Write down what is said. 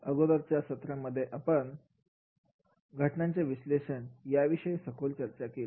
अगोदरच्या सत्रामध्ये आपण घटनांचे विश्लेषण याविषयी सखोल चर्चा केली